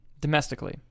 domestically